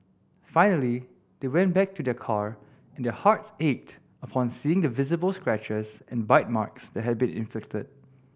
finally they went back to their car and their hearts ached upon seeing the visible scratches and bite marks that had been inflicted